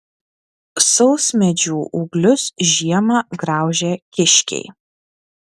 sausmedžių ūglius žiemą graužia kiškiai